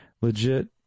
legit